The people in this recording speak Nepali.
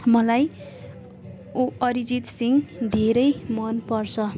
मलाई उ अरिजीत सिंह धेरै मनपर्छ